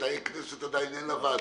ומתי אין לכנסת ועדות.